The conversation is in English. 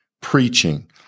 preaching